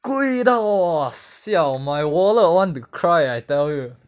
贵到 !wah! siao my wallet want to cry I tell you